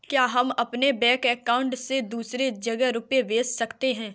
क्या हम अपने बैंक अकाउंट से दूसरी जगह रुपये भेज सकते हैं?